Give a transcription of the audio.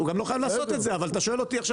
הוא גם לא חייב לעשות את זה,